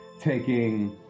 taking